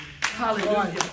Hallelujah